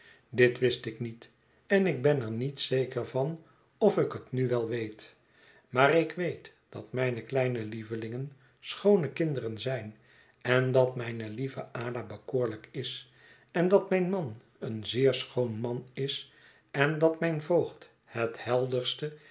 dit wist ik niet en ik ben er niet zeker van of ik het nu wel weet maar ik weet dat mijne kleine lievelingen schoone kinderen zijn en dat mijne lieve ada bekoorlijk is en dat mijn man een zeer schoon man is en dat mijn voogd het helderste en